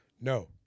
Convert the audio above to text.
No